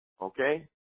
Okay